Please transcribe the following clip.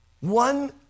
One